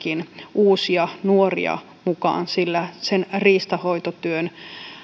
uusia nuoria mukaan sillä sen riistanhoitotyön